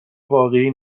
واقعی